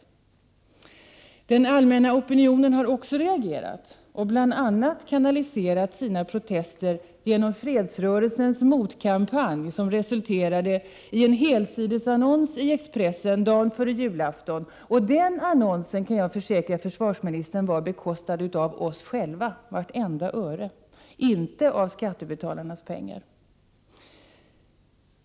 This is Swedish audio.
Också den allmänna opinionen har reagerat och bl.a. kanaliserat sina protester genom fredsrörelsens motkampanj, som resulterade i en helsidesannons i Expressen dagen före julafton. Jag kan försäkra försvarsministern att vartenda öre till den annonsen var bekostat av oss själva, inte av skattebetalarnas pengar.